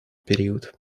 период